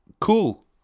Cool